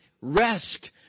rest